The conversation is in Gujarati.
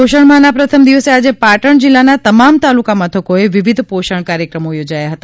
પોષણ માહના પ્રથમ દિવસે આજે પાટણ જિલ્લાના તમામ તાલુકા મથકોએ વિવિધ પોષણ કાર્યક્રમો યોજાયા હતા